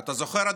אתה זוכר,